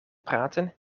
praten